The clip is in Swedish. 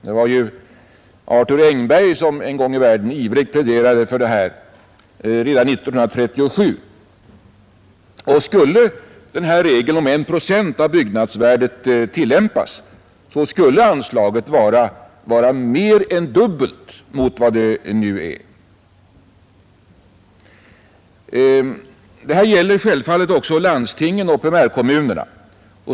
Det var ju Arthur Engberg som en gång i världen, redan 1937, ivrigt pläderade för detta. Skulle regeln om 1 procent av byggnadsvärdet tillämpas, skulle anslaget vara mer än dubbelt så stort som det nu är. Det här gäller självfallet också landstingen och primärkommunerna.